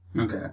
Okay